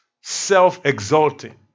self-exalting